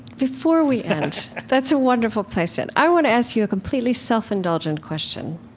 before we end, that's a wonderful place to end. i want to ask you a completely self-indulgent question.